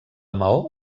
maó